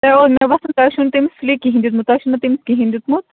مےٚ باسان تۄہہِ چھُو نہٕ تٔمِس سُلے کِہیٖنۍ دیُتمُت تۄہہِ چھُو نہٕ تٔمِس کِہیٖنۍ دیُتمُت